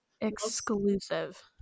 Exclusive